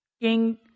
King